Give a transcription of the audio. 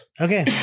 okay